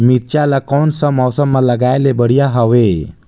मिरचा ला कोन सा मौसम मां लगाय ले बढ़िया हवे